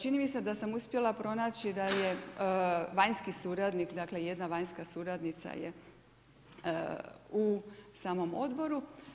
Čini mi se da sam uspjela pronaći da je vanjski suradnik, dakle jedna vanjska suradnica je u samom odboru.